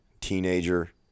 teenager